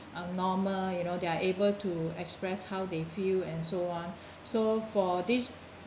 are normal you know they are able to express how they feel and so on so for this